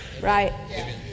right